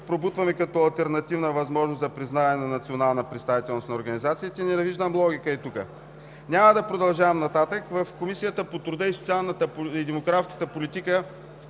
пробутваме като алтернативна възможност за признаване на национална представителност на организациите. Не виждам логика и тук. Няма да продължавам нататък. В Комисията по труда, социалната и демографската политика